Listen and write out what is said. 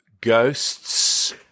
Ghosts